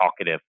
talkative